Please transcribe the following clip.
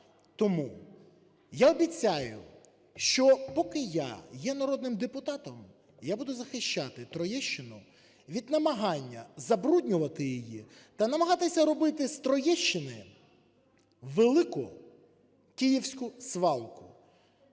Тому я обіцяю, що поки я є народним депутатом, я буду захищати Троєщину від намагання забруднювати її та намагатися робити з Троєщини велику київську свалку.